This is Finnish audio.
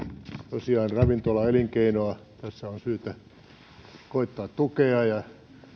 tosiaan ravintolaelinkeinoa tässä on syytä koettaa tukea ja